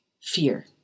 Fear